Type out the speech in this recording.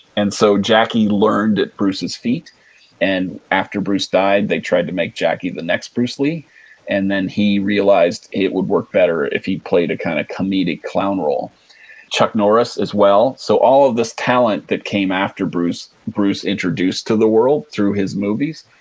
and so jackie learned at bruce's feet and after bruce died, they tried to make jackie the next bruce lee and then he realized it would work better if he played a kind of comedic, clown role chuck norris as well. so, all of this talent that came after bruce bruce introduced to the world through his movies.